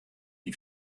die